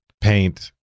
paint